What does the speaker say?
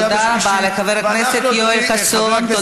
תודה רבה לחבר הכנסת יואל חסון.